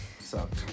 sucked